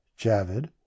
Javid